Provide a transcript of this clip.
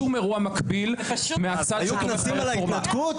שום אירוע מקביל מהצד שתומך ברפורמה,